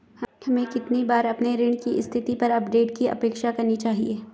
हमें कितनी बार अपने ऋण की स्थिति पर अपडेट की अपेक्षा करनी चाहिए?